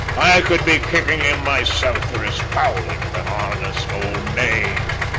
i could be kicking him myself for his fouling of an honest old name.